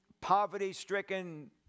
poverty-stricken